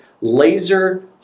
Laser